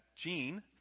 Gene